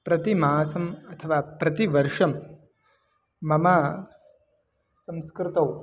प्रतिमासम् अथवा प्रतिवर्षं मम संस्कृतौ